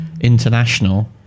international